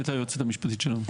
נטע, היועצת המשפטית שלנו.